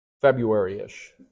February-ish